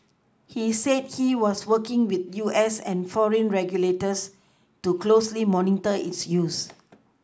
he said he was working with U S and foreign regulators to closely monitor its use